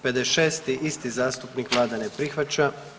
56. isti zastupnik, vlada ne prihvaća.